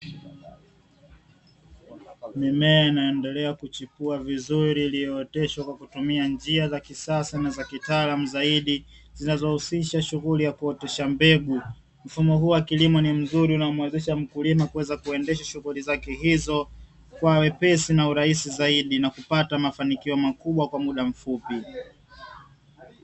Mimea inayoendelea kuchipua vizuri, iliyooteshwa kwa kutumia njia za kisasa na za kitaalamu zaidi, zinazohusisha shughuli za kuotesha mbegu. Mfumo huu wa kilimo ni mzuri unaomuwezesha mkulima kuweza kuendesha shughuli zake hizo kwa wepesi na urahisi zaidi na kupata mafanikio makubwa kwa muda mfupi.